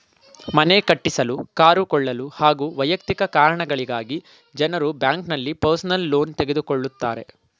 ಮನೆ ಕಟ್ಟಿಸಲು ಕಾರು ಕೊಳ್ಳಲು ಹಾಗೂ ವೈಯಕ್ತಿಕ ಕಾರಣಗಳಿಗಾಗಿ ಜನರು ಬ್ಯಾಂಕ್ನಲ್ಲಿ ಪರ್ಸನಲ್ ಲೋನ್ ತೆಗೆದುಕೊಳ್ಳುತ್ತಾರೆ